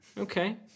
Okay